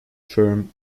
firm